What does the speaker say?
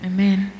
Amen